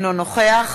נוכח